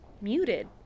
muted